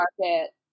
market